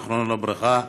זיכרונו לברכה.